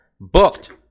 booked